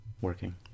working